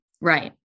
Right